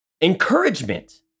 encouragement